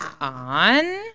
on